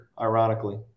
ironically